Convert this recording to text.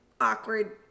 awkward